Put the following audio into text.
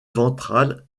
ventrale